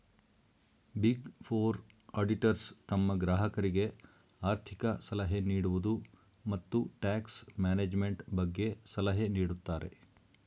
big four auditors ತಮ್ಮ ಗ್ರಾಹಕರಿಗೆ ಆರ್ಥಿಕ ಸಲಹೆ ನೀಡುವುದು, ಮತ್ತು ಟ್ಯಾಕ್ಸ್ ಮ್ಯಾನೇಜ್ಮೆಂಟ್ ಬಗ್ಗೆ ಸಲಹೆ ನೀಡುತ್ತಾರೆ